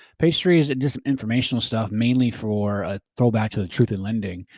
page three is just informational stuff, mainly for a throwback to the truth-in-lending.